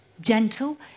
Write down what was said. gentle